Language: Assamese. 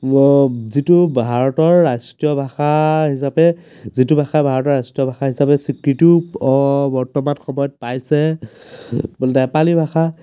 যিটো ভাৰতৰ ৰাষ্ট্ৰীয় ভাষা হিচাপে যিটো ভাষা ভাৰতৰ ৰাষ্ট্ৰীয় ভাষা হিচাপে স্বীকৃতিও বৰ্তমান সময়ত পাইছে নেপালী ভাষা